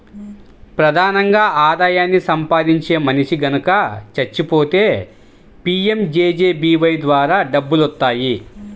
ప్రధానంగా ఆదాయాన్ని సంపాదించే మనిషి గనక చచ్చిపోతే పీయంజేజేబీవై ద్వారా డబ్బులొత్తాయి